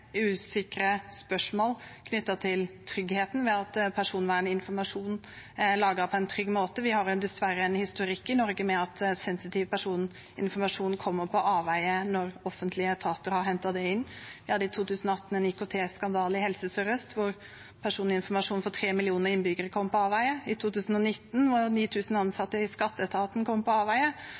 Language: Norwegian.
spørsmål om personverninformasjonen er lagret på en trygg måte. Vi har dessverre en historie i Norge med at sensitiv personinformasjon kommer på avveier når offentlige etater har hentet den inn. Vi hadde i 2018 en IKT-skandale i Helse Sør-Øst hvor personinformasjon om tre millioner innbyggere kom på avveier. I 2019 kom persondata fra 9 000 ansatte i skatteetaten på avveier.